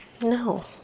No